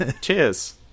Cheers